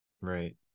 right